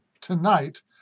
tonight